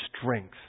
strength